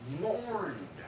mourned